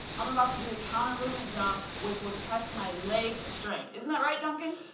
i'm about to do the countermovement jump which will test my leg strength. isn't that right, duncan?